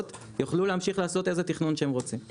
יוכלו להמשיך לעשות איזה תכנון שאתם רוצים.